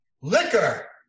Liquor